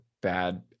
bad